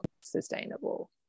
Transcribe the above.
sustainable